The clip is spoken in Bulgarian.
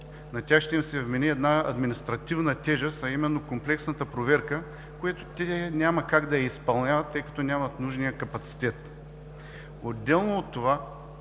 На тях ще им се вмени една административна тежест, а именно комплексната проверка, което те няма как да изпълняват, тъй като нямат нужния капацитет. Отделно от това,